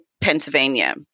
Pennsylvania